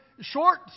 short